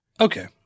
Okay